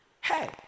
Hey